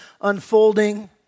unfolding